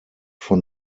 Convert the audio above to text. von